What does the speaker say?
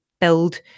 build